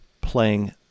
playing